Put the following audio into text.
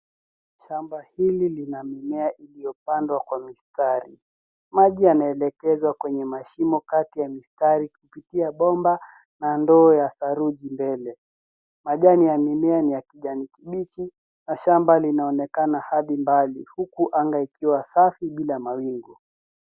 Shamba hili lina mimea iliyopandwa kwa mistari. Maji yanaelekezwa kwenye mashimo kati ya mistari kupitia bomba na ndoo ya saruji mbele. Majani ya mimea ni ya kijani kibichi na shamba linaonekana na hadi mbali, huku anga ikiwa safi bila mawingu.